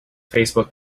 facebook